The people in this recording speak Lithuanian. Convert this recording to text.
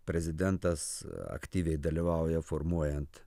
prezidentas aktyviai dalyvauja formuojant